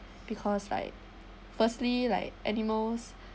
because like firstly like animals